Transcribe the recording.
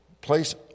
place